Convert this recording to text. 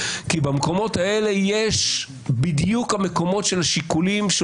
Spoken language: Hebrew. כי המקומות האלה הם בדיוק המקומות של השיקולים של